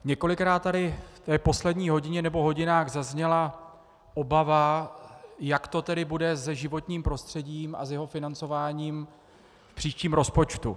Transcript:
Několikrát tady v poslední hodině nebo hodinách zazněla obava, jak to tedy bude se životním prostředím a s jeho financováním v příštím rozpočtu.